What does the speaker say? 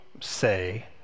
say